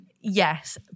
Yes